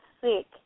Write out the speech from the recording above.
sick